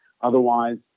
Otherwise